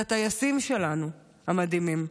אלה הטייסים שלנו, המדהימים,